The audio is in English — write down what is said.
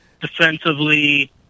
Defensively